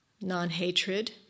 Non-hatred